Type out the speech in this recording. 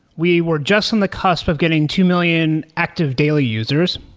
we were just on the cusp of getting two million active daily users,